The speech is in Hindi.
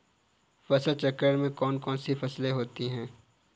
फसल चक्रण में कौन कौन सी फसलें होती हैं?